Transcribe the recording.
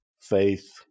faith